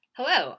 Hello